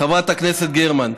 חברת הכנסת גרמן.